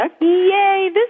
Yay